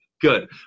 good